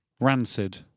Rancid